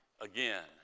again